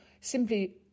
simply